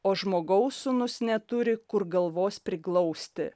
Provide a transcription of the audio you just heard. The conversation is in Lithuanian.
o žmogaus sūnus neturi kur galvos priglausti